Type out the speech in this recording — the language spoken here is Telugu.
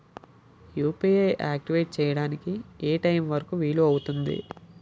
యు.పి.ఐ ఆక్టివేట్ చెయ్యడానికి ఏ టైమ్ వరుకు వీలు అవుతుంది?